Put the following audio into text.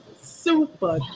super